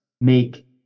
make